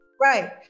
Right